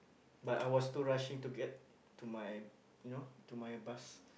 but I was too rushing to get to my you know to my bus